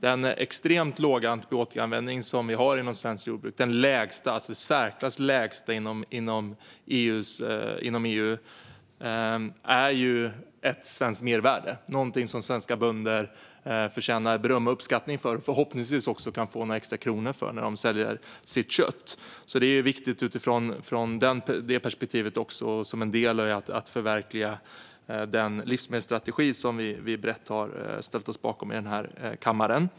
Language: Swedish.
Den extremt låga antibiotikaanvändning vi har inom svenskt jordbruk är den i särklass lägsta inom EU, och den är ett svenskt mervärde. Detta är något som svenska bönder förtjänar beröm och uppskattning för och förhoppningsvis också kan få några extra kronor för när de säljer sitt kött. Detta är viktigt utifrån det perspektivet och som en del i att förverkliga den livsmedelsstrategi som vi brett har ställt oss bakom i denna kammare.